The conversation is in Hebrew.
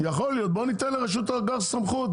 בוא ניתן לרשות הגז סמכות,